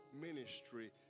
ministry